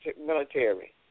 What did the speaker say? military